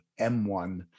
M1